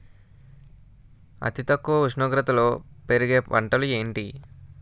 అతి తక్కువ ఉష్ణోగ్రతలో పెరిగే పంటలు ఏంటి?